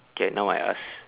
okay now I ask